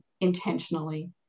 intentionally